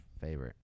favorite